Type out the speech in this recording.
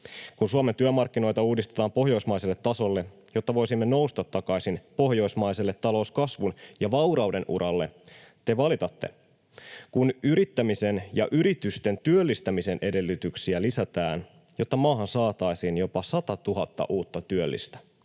Kun Suomen työmarkkinoita uudistetaan pohjoismaiselle tasolle, jotta voisimme nousta takaisin pohjoismaiselle talouskasvun ja vaurauden uralle, te valitatte. Kun yrittämisen ja yritysten työllistämisen edellytyksiä lisätään, jotta maahan saataisiin jopa 100 000 uutta työllistä,